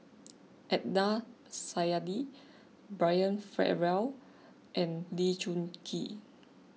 Adnan Saidi Brian Farrell and Lee Choon Kee